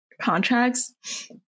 contracts